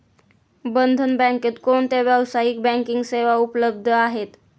बंधन बँकेत कोणत्या व्यावसायिक बँकिंग सेवा उपलब्ध आहेत?